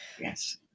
yes